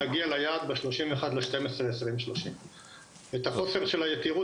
נגיע ליעד ב-31 בדצמבר 2030. את החוסר של היתירות